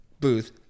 booth